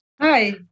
Hi